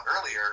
earlier